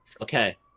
Okay